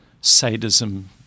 sadism